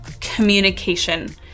communication